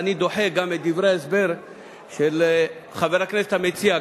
אני דוחה גם את דברי ההסבר של חבר הכנסת המציע,